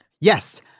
Yes